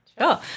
Sure